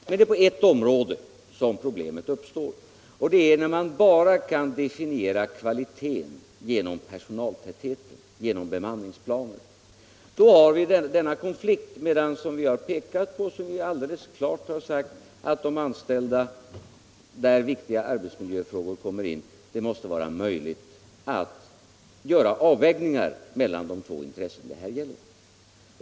Men det är på ett område som problemet uppstår, och det är när man bara kan definiera kvaliteten genom personaltätheten, genom bemanningsplaner. Då uppstår denna konflikt, som vi har pekat på. Vi har alldeles klart sagt att där viktiga arbetsmiljöfrågor kommer in måste det vara möjligt att göra avvägningar mellan de två intressen det här gäller.